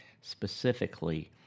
specifically